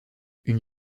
une